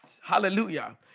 Hallelujah